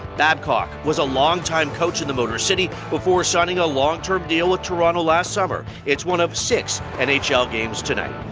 babcock was a long-time coach in the motor city before signing a long-term deal with toronto last summer. it's one of six and nhl games tonight.